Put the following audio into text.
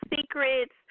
secrets